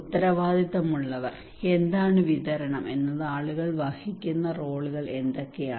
ഉത്തരവാദിത്തമുള്ളവർ എന്താണ് വിതരണം എന്നത് ആളുകൾ വഹിക്കുന്ന റോളുകൾ എന്തൊക്കെയാണ്